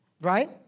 right